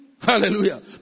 Hallelujah